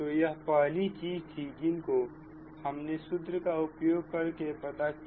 तो यह पहली चीजें थी जिनको हमने सूत्र का उपयोग कर के पता किया